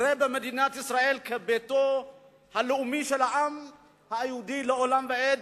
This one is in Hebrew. יראה במדינת ישראל ביתו הלאומי של העם היהודי לעולם ועד,